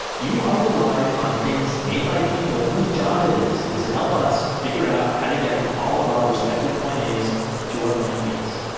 you are relying on things made by people whose job it is, is to help us figure out how to get from all of our respective point a's to our b's.